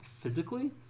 physically